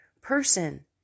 person